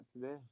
today